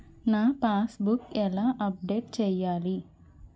నా passbook ఎలా update చేయాలి?